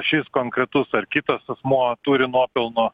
šis konkretus ar kitas asmuo turi nuopelnų